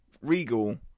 Regal